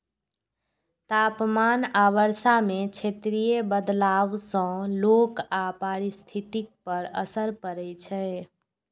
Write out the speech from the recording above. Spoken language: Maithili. तापमान आ वर्षा मे क्षेत्रीय बदलाव सं लोक आ पारिस्थितिकी पर असर पड़ै छै